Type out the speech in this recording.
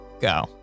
Go